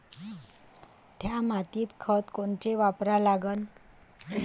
थ्या मातीत खतं कोनचे वापरा लागन?